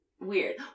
weird